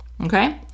Okay